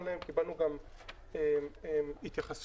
זה למעשה גם הפסד למשק בגלל שימוש בדלקים וגם לבית החולים